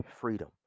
freedom